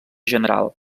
general